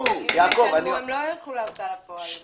תוך 60 ימים הם לא ילכו להוצאה לפועל.